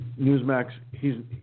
Newsmax